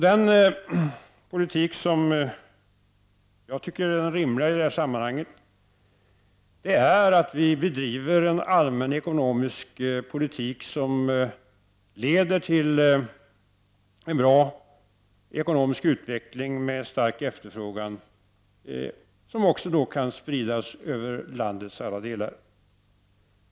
Den politik som jag tycker är den rimliga i det här sammanhanget är att bedriva en allmän ekonomisk politik som leder till en bra ekonomisk utveckling med stark efterfrågan som också kan spridas över landets alla delar.